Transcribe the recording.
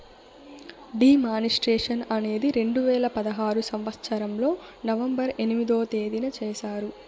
D మానిస్ట్రేషన్ అనేది రెండు వేల పదహారు సంవచ్చరంలో నవంబర్ ఎనిమిదో తేదీన చేశారు